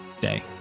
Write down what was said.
day